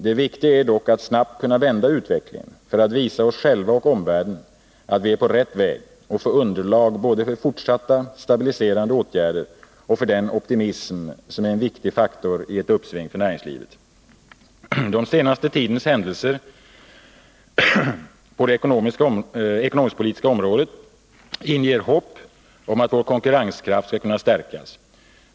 Det viktiga är dock att snabbt kunna vända utvecklingen för att visa oss själva och omvärlden att vi är på rätt väg och få underlag både för fortsatta stabiliserande åtgärder och för den optimism som är en viktig faktor i ett uppsving för näringslivet. Den senaste tidens händelser på det ekonomisk-politiska området inger hopp om att vår konkurrenskraft skall kunna stärkas.